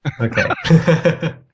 Okay